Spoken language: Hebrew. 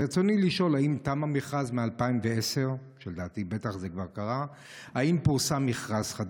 רצוני לשאול: 1. האם תם המכרז מ-2010?